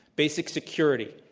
basic security,